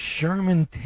Sherman